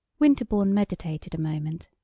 winterbourne meditated a moment.